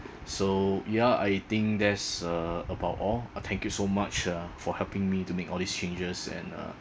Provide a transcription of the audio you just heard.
so ya I think that's uh about all uh thank you so much uh for helping me to make all these changes and uh